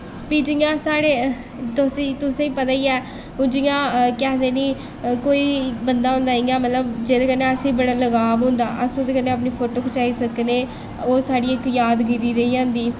फ्ही जि'यां साढ़े तुसेंगी पता ई ऐ हून जि'यां केह् आखदे नी कोई बंदा होंदा इ'यां जेह्दे कन्नै असेंगी बड़ा लगाव होंदा अस ओह्दे कन्नै अपना फोटो खचाई सकने ओह् साढ़ी इक ज़ादगिरी रेही जंदी